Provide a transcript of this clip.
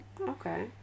Okay